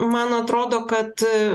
man atrodo kad